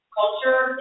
culture